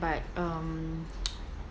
but um